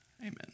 Amen